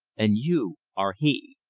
and you are he.